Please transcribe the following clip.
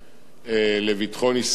המחאה שלי לא היתה כלפיו,